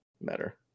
matter